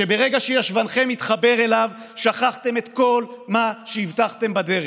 שברגע שישבנכם מתחבר אליו שכחתם את כל מה שהבטחתם בדרך?